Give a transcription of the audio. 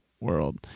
World